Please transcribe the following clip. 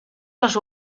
les